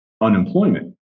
unemployment